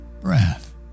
breath